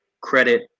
credit